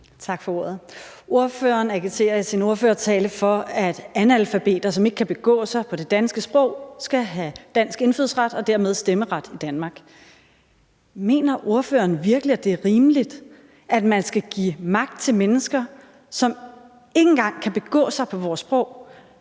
Tak for ordet. Ordføreren agiterer i sin ordførertale for, at analfabeter, som ikke kan begå sig på det danske sprog, skal have dansk indfødsret og dermed stemmeret i Danmark. Mener ordføreren virkelig, at det er rimeligt, at mennesker, som ikke engang kan begå sig på vores sprog,